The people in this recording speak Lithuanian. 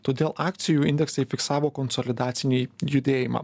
todėl akcijų indeksai fiksavo konsolidacinį judėjimą